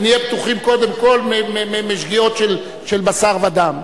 ונהיה בטוחים קודם כול משגיאות של בשר ודם.